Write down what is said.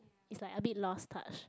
it's like a bit lost touch